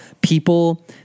people